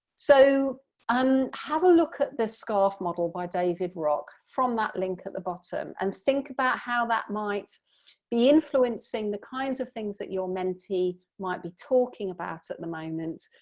so um have a look at this scarf model by david rock, from that link at the bottom, and think about how that might be influencing the kinds of things that your mentee might be talking about at the moment,